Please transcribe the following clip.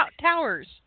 Towers